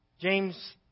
James